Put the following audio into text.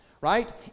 right